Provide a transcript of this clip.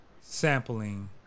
sampling